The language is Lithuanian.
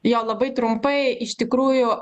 jo labai trumpai iš tikrųjų